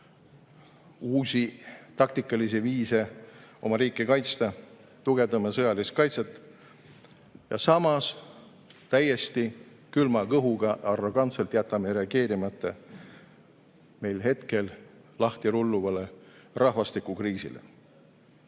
uusi taktikalisi viise oma riiki kaitsta, tugevdame sõjalist kaitset. Ja samas, täiesti külma kõhuga, arrogantselt jätame reageerimata meil hetkel lahti rulluvale rahvastikukriisile.